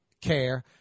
care